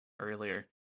earlier